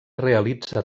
realitza